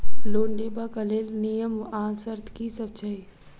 Loan लेबऽ कऽ लेल नियम आ शर्त की सब छई?